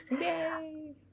Yay